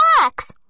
box